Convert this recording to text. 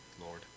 Lord